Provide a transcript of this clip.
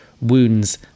wounds